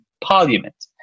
Parliament